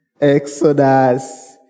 Exodus